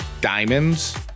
diamonds